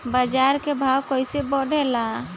बाजार के भाव कैसे बढ़े ला?